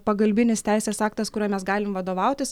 pagalbinis teisės aktas kuriuo mes galime vadovautis